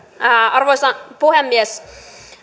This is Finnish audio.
arvoisa puhemies